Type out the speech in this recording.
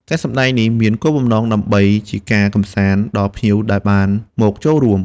ការសម្តែងនេះមានគោលបំណងដើម្បីជាការកម្សាន្តដល់ភ្ញៀវដែលបានមកចូលរួម។